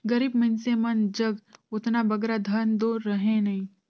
गरीब मइनसे मन जग ओतना बगरा धन दो रहें नई